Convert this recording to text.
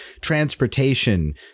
transportation